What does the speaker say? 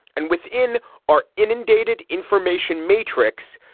and within are inundated information matrix.